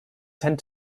tend